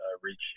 reach